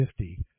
50